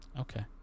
okay